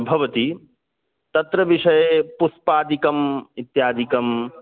भवति तत्र विषये पुष्पादिकम् इत्यादिकम्